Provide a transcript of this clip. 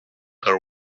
her